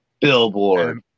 Billboard